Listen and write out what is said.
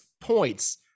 points